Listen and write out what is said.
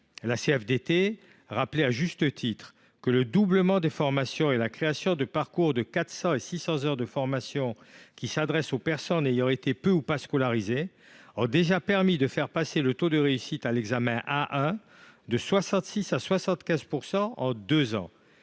la CFDT a indiqué, à juste titre, que le doublement des formations et la création de parcours de 400 et de 600 heures de formation, qui s’adressent aux personnes ayant été peu ou pas scolarisées, ont déjà permis de faire passer le taux de réussite à l’examen de niveau A1 de 66 % à 75 % en deux ans.